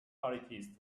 politics